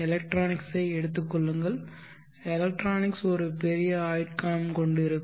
எலக்ட்ரானிக்ஸ்ஐ எடுத்துக் கொள்ளுங்கள் எலக்ட்ரானிக்ஸ் ஒரு பெரிய ஆயுட்காலம் கொண்டிருக்கும்